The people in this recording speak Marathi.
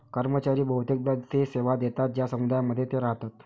कर्मचारी बहुतेकदा ते सेवा देतात ज्या समुदायांमध्ये ते राहतात